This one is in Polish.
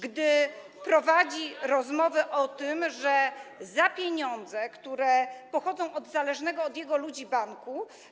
gdy prowadzi rozmowy o tym, że za pieniądze, które pochodzą od zależnego od jego ludzi banku.